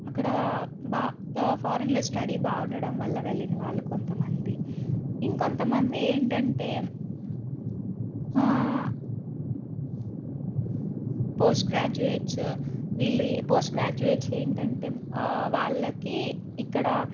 అక్కడ బాగా ఫారిన్లో స్టడీ బాగా ఉండటం వల్ల వెళ్ళిన వాళ్ళు కొంత మంది ఇంకొంతమంది ఏంటంటే పోస్ట్ గ్రాడ్యుయేట్స్ వీళ్ళు పోస్ట్ గ్రాడ్యుయేట్స్ ఏంటంటే వాళ్ళకి ఇక్కడ